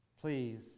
Please